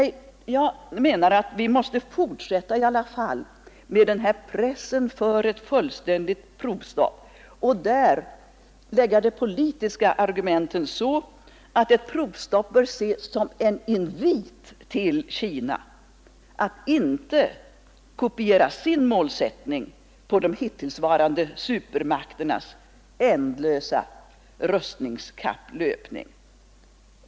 Jag menar att vi i alla fall måste fortsätta med pressen för att uppnå ett fullständigt provstopp för supermakterna och där lägga de politiska argumenten så att ett dylikt provstopp bör ses som en invit till Kina att inte kopiera sin målsättning på de hittillsvarande supermakternas ändlösa rustningskapplöpning.